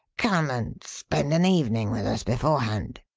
come and spend an evening with us, beforehand.